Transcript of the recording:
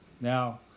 now